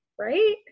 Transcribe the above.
right